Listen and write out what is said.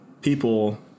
people